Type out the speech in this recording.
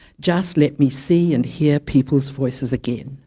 just let me see and hear people's voices again.